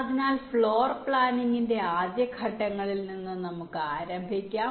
അതിനാൽ ഫ്ലോർ പ്ലാനിങ്ങിന്റെ ആദ്യ ഘട്ടങ്ങളിൽ നിന്ന് നമുക്ക് ആരംഭിക്കാം